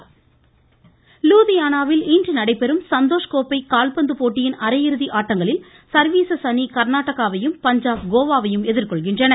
கால்பந்து லுதியானாவில் இன்று நடைபெறும் சந்தோஷ் கோப்பை கால்பந்து போட்டியின் அரையிறுதி ஆட்டங்களில் சர்வீசஸ் அணி கர்நாடகாவையும் பஞ்சாப் கோவாவையும் எதிர்கொள்கின்றன